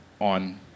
on